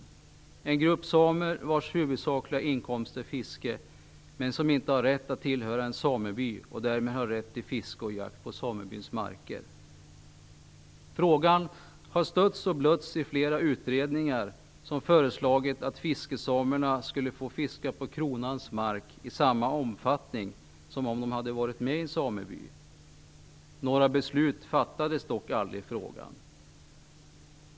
Det är en grupp samer vars huvudsakliga inkomst är fiske, men som inte har rätt att tillhöra en sameby och därmed få rätt till fiske och jakt på samebyns marker. Frågan har stötts och blötts i flera utredningar som föreslagit att fiskesamerna skulle få fiska på kronans mark i samma omfattning som om de hade varit med i en sameby. Några beslut har dock aldrig fattats i frågan.